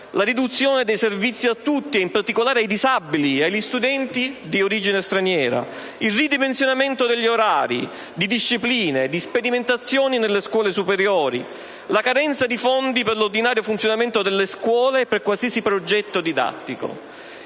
la riduzione dei servizi a tutti, in particolare ai disabili e agli studenti di origine straniera, il ridimensionamento degli orari, di discipline, di sperimentazioni nelle scuole superiori, la carenza di fondi per l'ordinario funzionamento delle scuole per qualsiasi progetto didattico.